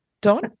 Don